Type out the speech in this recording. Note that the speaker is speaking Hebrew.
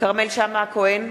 כרמל שאמה-הכהן,